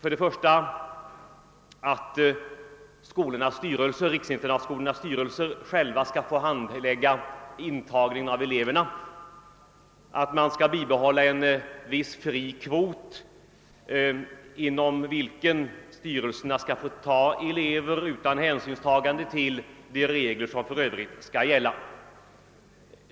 Reservanterna begär att riksinternatskolornas styrelser själva skall handlägga intagningen av eleverna och att en viss fri kvot skall bibehållas, inom vilken styrelserna skall få ta elever utan hänsyn till de regler som för övrigt skall gälla.